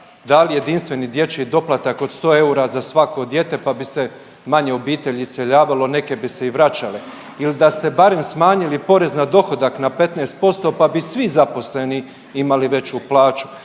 dali jedinstveni dječji doplatak od 100 eura za svako dijete pa bi se manje obitelji iseljavalo, neke bi se i vraćale ili da ste barem smanjili porez na dohodak na 15% pa bi svi zaposleni imali veću plaću